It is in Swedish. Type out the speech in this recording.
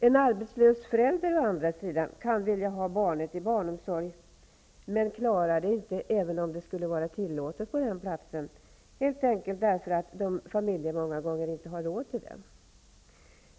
En arbetslös förälder å andra sidan kan vilja ha barnet i barnomsorg, men klarar det inte även om det skulle vara tillåtet på den platsen, helt enkelt därför att familjen inte har råd.